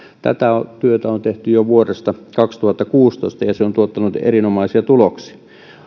tätä työtä on tehty jo vuodesta kaksituhattakuusitoista ja se on tuottanut erinomaisia tuloksia